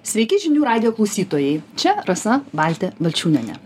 sveiki žinių radijo klausytojai čia rasa baltė balčiūnienė